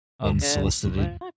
unsolicited